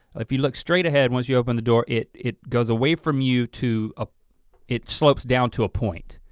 if you look straight ahead once you open the door, it it goes away from you to, ah it slopes down to a point,